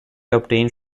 obtained